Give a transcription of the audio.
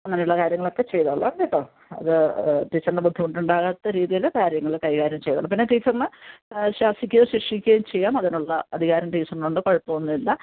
അങ്ങനെയുള്ള കാര്യങ്ങളൊക്കെ ചെയ്തോളാം കേട്ടോ അത് ടീച്ചറിന് ബുദ്ധിമുട്ടുണ്ടാക്കാത്ത രീതിയിൽ കാര്യങ്ങൾ കൈകാര്യം ചെയ്തോളാം പിന്നെ ടീച്ചർന് ശാസിക്കുകയോ ശിക്ഷിക്കുകയോ ചെയ്യാം അതിനുള്ള അധികാരം ടീച്ചർനുണ്ട് കുഴപ്പം ഒന്നും ഇല്ല